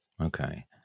Okay